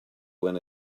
when